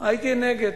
הייתי נגד.